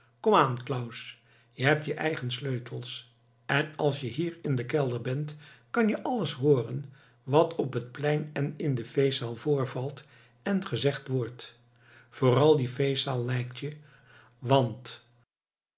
je hebt je eigen sleutels en als je hier in den kelder bent kan je alles hooren wat op het plein en in de feestzaal voorvalt en gezegd wordt vooral die feestzaal lijkt je want